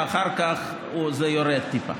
ואחר כך זה יורד טיפה.